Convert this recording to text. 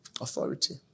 Authority